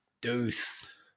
Deuce